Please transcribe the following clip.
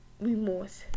remorse